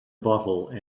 bottle